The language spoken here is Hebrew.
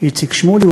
איציק שמולי.